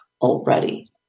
already